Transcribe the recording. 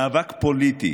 מאבק פוליטי